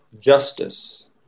justice